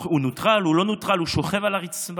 הוא נוטרל, הוא לא נוטרל, הוא שוכב על הרצפה.